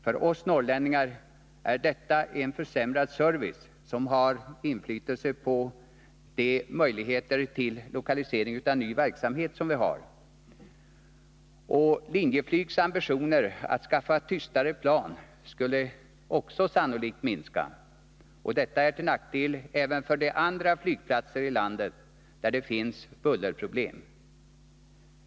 För oss norrlänningar är detta en försämrad service, som påverkar de möjligheter till lokalisering av ny verksamhet som vi har. Linjeflygs ambitioner att skaffa tystare plan skulle sannolikt också minska, och det är till nackdel även för de andra flygplatser i landet, där det finns bullerproblem.